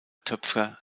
töpfer